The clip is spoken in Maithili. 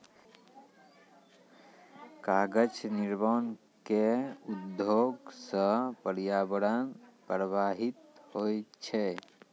कागज निर्माण क उद्योग सँ पर्यावरण प्रभावित होय छै